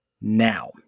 Now